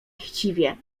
chciwie